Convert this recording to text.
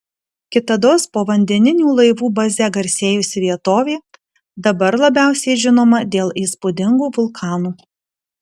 kitados povandeninių laivų baze garsėjusi vietovė dabar labiausiai žinoma dėl įspūdingų vulkanų